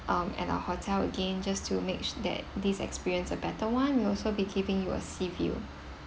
um at our hotel again just to make s~ that these experience are better one we'll also be giving you a sea view